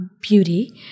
Beauty